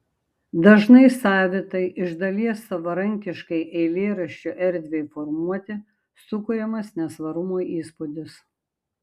dažnai savitai iš dalies savarankiškai eilėraščio erdvei formuoti sukuriamas nesvarumo įspūdis